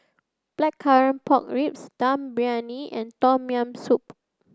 Blackcurrant Pork Ribs Dum Briyani and Tom Yam Soup